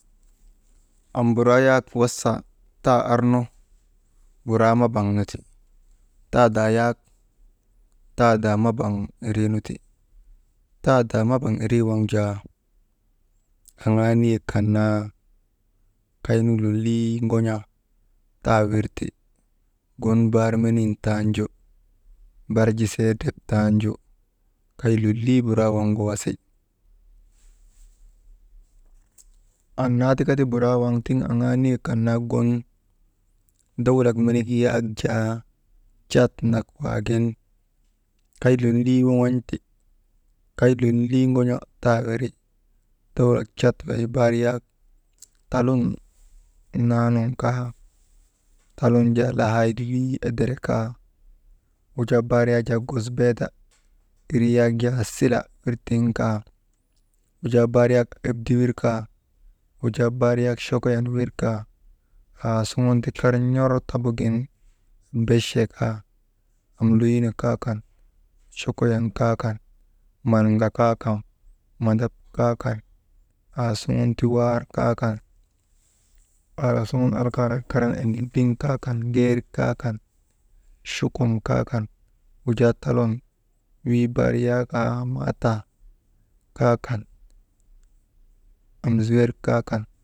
Am buraa yak wasa taa arnu buuraa maŋ nu ti, taadaa yak taadaa mabaŋ irii nu ti, taadaa mabaŋ irii waŋ jaa, aŋaa niyek kan naa kaynu lolii ŋon̰a taawirti. Gun bar menin tanju barjisee drep tanju, kay lolii buraa waŋgu wasi, annaa tiak ti buraa waŋ tiŋ aŋaa nizek kan naa gun dawlak menik zak jaa cad nak waagin, kay lolii woŋon̰ti, kaz lolii ŋon̰a taawiri, dawlak cad wey bar yak talun naa nun kaa, talun jaa lahaayit wii edere ka, wujaa bar yak jaa gozbeeda irii yak jaa sila wirtiŋ ka, wujaa bar yak epdi wir ka, wujaa bar yak chokoyon wir ka, aasuŋun ti kar n̰or tabugin, ebeche ka, amleyuno kaa kan, chokoyon kaa kan, malŋa kaa kan mandap kaa kan, aasuŋun ti waar kaa kan, aasuŋun alakaanak karan endilbiŋ kaa kan, ŋeer kaa kan, chukum kaa kan wujaa talun wii bar yak haa mata kaa kan, amzuwer kaa kan.